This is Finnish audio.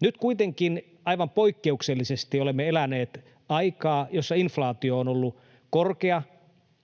Nyt kuitenkin aivan poikkeuksellisesti olemme eläneet aikaa, jossa inflaatio on ollut korkea,